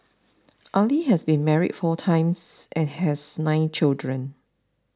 Ali has been married four times and has nine children